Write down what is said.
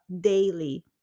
daily